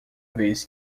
vez